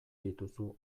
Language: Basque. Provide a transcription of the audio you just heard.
dituzu